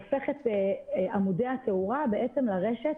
הופך את עמודי התאורה לרשת